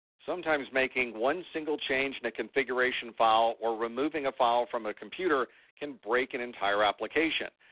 sometimes, making one single change in a configuration file or removing a file from a computer can break an entire application.